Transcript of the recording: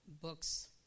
book's